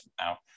Now